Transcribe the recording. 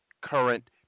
current